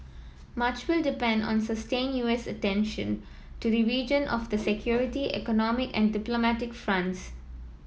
much will depend on sustained U S attention to the region of the security economic and diplomatic fronts